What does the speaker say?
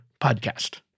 podcast